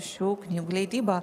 šių knygų leidybą